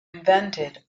invented